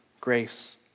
Grace